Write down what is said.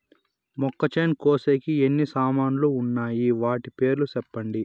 మొక్కచేను కోసేకి ఎన్ని సామాన్లు వున్నాయి? వాటి పేర్లు సెప్పండి?